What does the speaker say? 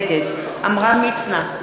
נגד עמרם מצנע,